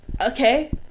okay